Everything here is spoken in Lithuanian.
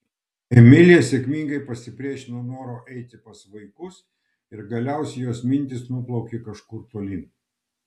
emilija sėkmingai pasipriešino norui eiti pas vaikus ir galiausiai jos mintys nuplaukė kažkur tolyn